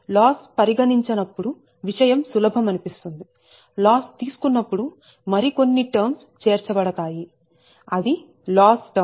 loss పరిగణించనప్పుడు విషయం సులభం అనిపిస్తుంది లాస్ తీసుకున్నప్పుడు మరికొన్ని టర్మ్స్ చేర్చబడతాయి అది లాస్ టర్మ్